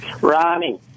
Ronnie